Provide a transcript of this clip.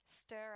Stir